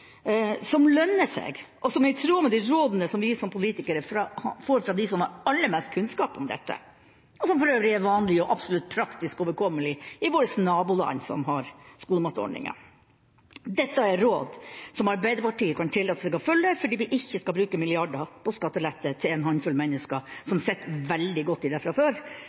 som lønner seg, og som er i tråd med de rådene vi som politikere får fra dem som har aller mest kunnskap om dette – og som for øvrig er vanlig og absolutt praktisk overkommelig i våre naboland som har skolematordninger. Dette er råd som vi i Arbeiderpartiet kan tillate oss å følge fordi vi ikke skal bruke milliarder på skattelette til en håndfull mennesker som sitter veldig godt i det fra før.